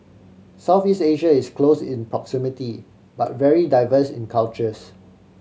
Southeast Asia is close in proximity but very diverse in cultures